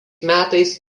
metais